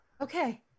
okay